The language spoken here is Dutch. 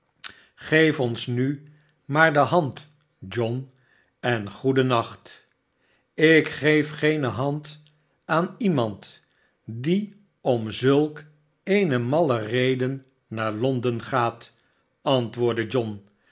geef ons nu maar de hand john en goeden nacht ik geef geene hand aan lemand die om zulk eene malle reden naar londen gaaty antwoordde john